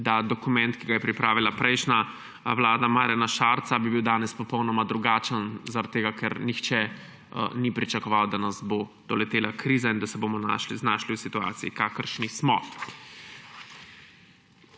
bil dokument, ki ga je pripravila prejšnja vlada, vlada Marjana Šarca, danes popolnoma drugačen, zaradi tega ker nihče ni pričakoval, da nas bo doletela kriza in da se bomo znašli v situaciji, v kakršni smo.